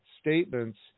statements